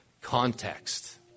context